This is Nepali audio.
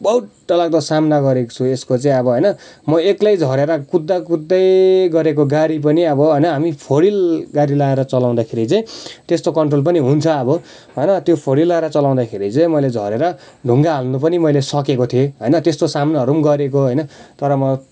बहुत डरलाग्दो सामना गरेको छु यसको चाहिँ अब होइन म एक्लै झरेर कुद्दा कुद्दै गरेको गाडी पनि अब होइन हामी फ्लोरिल गाडी लाएर चलाउँदाखेरि चाहिँ त्यस्तो कन्ट्रोल पनि हुन्छ अब होइन त्यो फ्लोरिल लाएर चलाउँदाखेरि चाहिँ मैले झरेर ढुङ्गा हाल्नु पनि मैले सकेको थिएँ होइन त्यस्तो सामनाहरू पनि गरेको होइन तर म